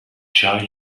charge